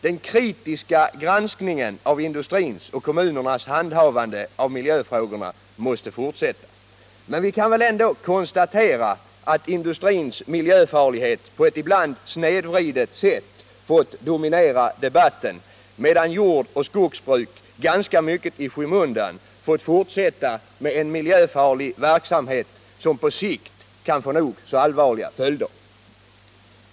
Den kritiska granskningen av industrins och kommunernas handhavande av miljöfrågorna måste fortsätta. Men vi kan väl konstatera att industrins miljöfarlighet på ett ibland snedvridet sätt fått dominera debatten, medan jordoch skogsbruk ganska mycket i skymundan fått fortsätta med en miljöfarlig verksamhet som på sikt kan få nog så allvarliga följder.